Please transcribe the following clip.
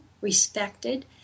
Respected